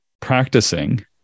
practicing